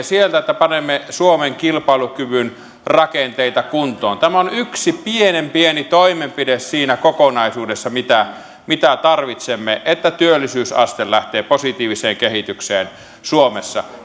sieltä että panemme suomen kilpailukyvyn rakenteita kuntoon tämä on yksi pienen pieni toimenpide siinä kokonaisuudessa mitä mitä tarvitsemme että työllisyysaste lähtee positiiviseen kehitykseen suomessa